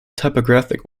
typographic